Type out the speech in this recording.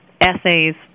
essays